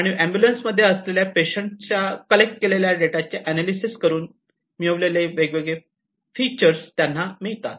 आणि एम्बुलन्स मध्ये असलेल्या पेशंटच्या कलेक्ट केलेल्या डेटाचे अनालीसिस करून मिळविलेले वेगवेगळे पिक्चर्स त्यांना मिळतात